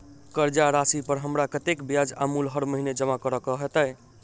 कर्जा राशि पर हमरा कत्तेक ब्याज आ मूल हर महीने जमा करऽ कऽ हेतै?